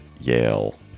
Yale